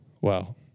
Wow